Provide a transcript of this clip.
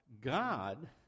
God